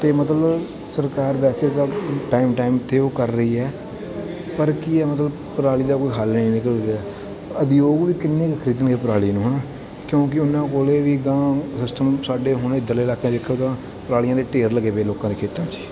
ਅਤੇ ਮਤਲਬ ਸਰਕਾਰ ਵੈਸੇ ਤਾਂ ਟੈਮ ਟੈਮ 'ਤੇ ਉਹ ਕਰ ਰਹੀ ਹੈ ਪਰ ਕੀ ਹੈ ਮਤਲਬ ਪਰਾਲੀ ਦਾ ਕੋਈ ਹੱਲ ਹੀ ਨਹੀਂ ਨਿਕਲ ਰਿਹਾ ਉਦਯੋਗ ਵੀ ਕਿੰਨੇ ਖਰੀਦਣੇ ਪਰਾਲੀ ਨੂੰ ਹੈ ਨਾ ਕਿਉਂਕਿ ਉਹਨਾਂ ਕੋਲ ਇਹ ਵੀ ਤਾਂ ਸਿਸਟਮ ਸਾਡੇ ਹੁਣੇ ਇੱਧਰਲੇ ਇਲਾਕਿਆਂ 'ਚ ਦੇਖੋ ਤਾਂ ਪਰਾਲੀਆਂ ਦੇ ਢੇਰ ਲੱਗੇ ਪਏ ਲੋਕਾਂ ਦੇ ਖੇਤਾਂ 'ਚ